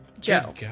Joe